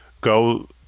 go